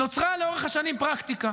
נוצרה לאורך השנים פרקטיקה